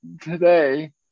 today